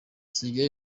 sugira